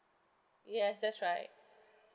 yes that's right